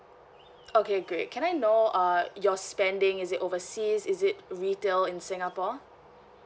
okay great can I know uh your spending is it overseas is it retail in singapore